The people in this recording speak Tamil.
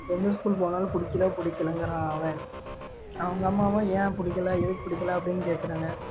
எந்த ஸ்கூல் போனாலும் பிடிக்கல பிடிக்கலங்கிறான் அவன் அவங்க அம்மாவும் ஏன் பிடிக்கல எதுக்கு பிடிக்கல அப்படின்னு கேக்கிறாங்க